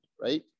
right